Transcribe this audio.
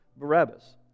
Barabbas